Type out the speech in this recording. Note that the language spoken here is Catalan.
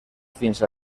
fins